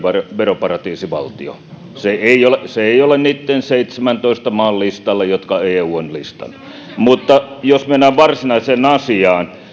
veroparatiisivaltio se ei ole niitten seitsemäntoista maan listalla jotka eu on listannut mutta jos mennään varsinaiseen asiaan